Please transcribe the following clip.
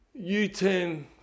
U10